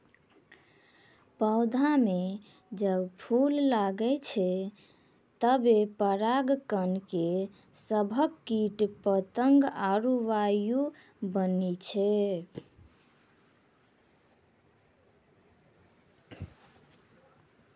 पौधा म जब फूल लगै छै तबे पराग कण के सभक कीट पतंग आरु वायु बनै छै